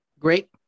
Great